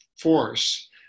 force